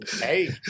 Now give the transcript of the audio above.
Hey